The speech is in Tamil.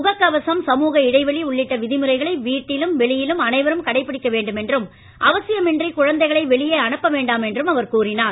முககவசம் சமூக இடைவெளி உள்ளிட்ட விதிமுறைகளை வீட்டிலும் வெளியிலும் அனைவரும் கடைபிடிக்க வேண்டும் என்றும் அவசியம் இன்றி குழந்தைகளை வெளியே அனுப்ப வேண்டாம் என்றும் அவர் கூறினார்